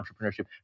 entrepreneurship